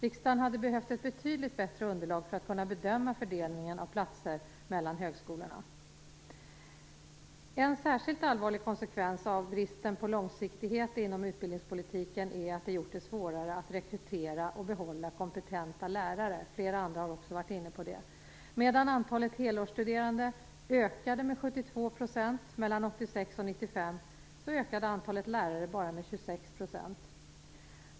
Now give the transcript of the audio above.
Riksdagen hade behövt ett betydligt bättre underlag för att kunna bedöma fördelningen av platser mellan högskolorna. En särskilt allvarlig konsekvens av bristen på långsiktighet inom utbildningspolitiken är att det gjort det svårare att rekrytera och behålla kompetenta lärare. Flera andra har också varit inne på det. Medan antalet helårsstuderande ökade med 72 % mellan 1986 och 1995 ökade antalet lärare med bara 26 %.